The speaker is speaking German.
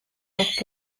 noch